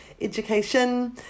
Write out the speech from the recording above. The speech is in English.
education